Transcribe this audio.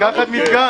אתה צריך לקחת מדגם.